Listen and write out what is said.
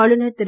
ஆளுநர் திரு